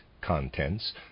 contents